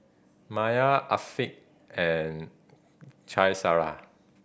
Maya Afiqah and Qaisara